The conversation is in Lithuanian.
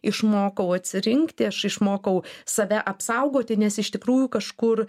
išmokau atsirinkti aš išmokau save apsaugoti nes iš tikrųjų kažkur